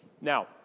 Now